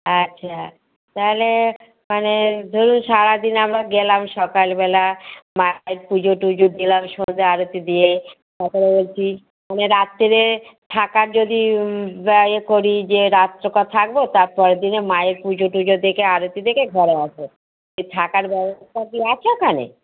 আচ্ছা তাহলে মানে ধরুন সারাদিন আমরা গেলাম সকালবেলা মায়ের পুজো টুজো দিলাম সন্ধ্যে আরতি দিয়ে বলছি মানে রাত্রিতে থাকার যদি ইয়ে করি যে রাত্রে থাকবো তারপরের দিনে মায়ের পুজো টুজো দেখে আরতি দেখে ঘরে আসব থাকার ব্যবস্থা কি আছে ওখানে